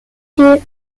third